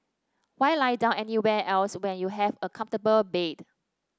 why lie down anywhere else when you have a comfortable bed